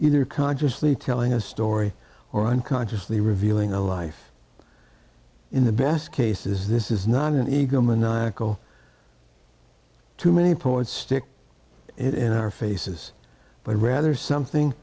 either consciously telling a story or unconsciously revealing a life in the best cases this is not an ego maniacal to many points stick in our faces but rather something